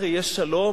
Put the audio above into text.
הרי יש שלום,